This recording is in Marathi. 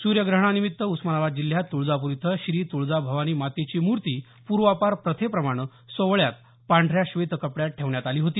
सुर्यग्रहणानिमित्त उस्मानाबाद जिल्ह्यात तुळजापूर इथं श्री तुळजा भवानी मातेची मूर्ती पुर्वापार प्रथेप्रमाणं सोवळ्यात पांढऱ्या श्वेत कपड्यात ठेवण्यात आली होती